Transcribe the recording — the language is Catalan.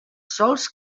sòls